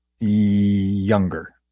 Younger